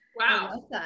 Wow